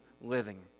living